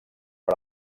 per